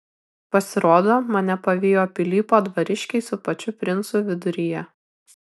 pasirodo mane pavijo pilypo dvariškiai su pačiu princu viduryje